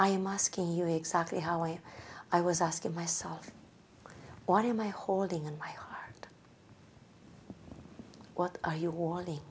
i am asking you exactly how i i was asking myself what am i holding and what are you warning